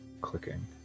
clicking